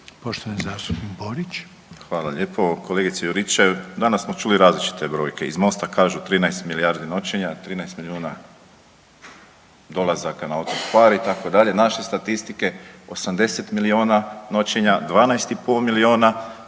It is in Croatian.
**Borić, Josip (HDZ)** Hvala lijepo. Kolegice Juričev, danas smo čuli različite brojke. Iz MOST-a kažu 13 milijardi noćenja, 13 milijuna dolazaka na otok Hvar itd. Naše statistike 80 milijuna noćenja, 12 i pol milijuna turista